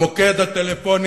המוקד הטלפוני,